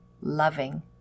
loving